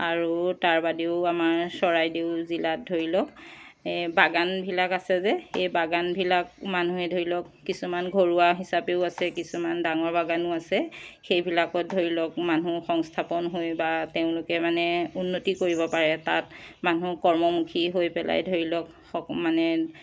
আৰু তাৰ বাদেও আমাৰ চৰাইদেউ জিলাত ধৰি লওক বাগানবিলাক আছে যেই সেই বাগানবিলাক মানুহে ধৰি লওক কিছুমান ঘৰুৱা হিচাপেও আছে কিছুমান ডাঙৰ হিচাপেও আছে সেইবিলাকত ধৰি লওক মানুহ সংস্থাপন হয় বা তেওঁলোকে মানে উন্নতি কৰিব পাৰে তাত মানুহ কৰ্মমুখী হৈ পেলাই ধৰি লওক হক মানে